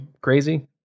crazy